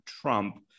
Trump